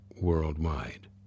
worldwide